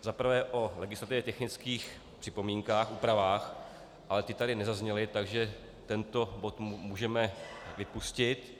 Za prvé o legislativně technických připomínkách, úpravách, ale ty tady nezazněly, takže tento bod můžeme vypustit.